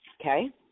Okay